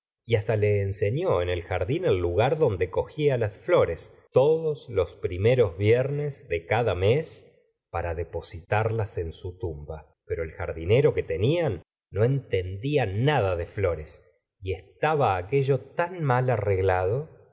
y hasta le ensenó en el jardín el lugar donde cogía las flores todos los primeros viernes de cada mes para depositarlas en su tumba pero el jardinero que tenían no entendía nada de flores y estaba aquello tan mal arreglado